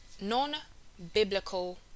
non-biblical